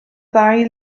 ddau